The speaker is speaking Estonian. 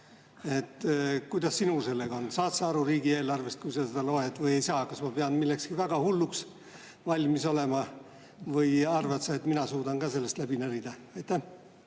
Kuidas sinul sellega on? Saad sa aru riigieelarvest, kui sa seda loed, või ei saa? Kas ma pean millekski väga hulluks valmis olema või arvad sa, et mina suudan ka sellest läbi närida? Tere!